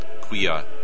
quia